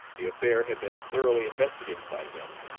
the affair had been thoroughly investigated by them,